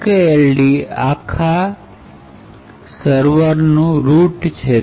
okay LD આખા server નું route છે